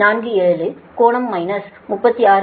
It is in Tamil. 47 கோணம் மைனஸ் 36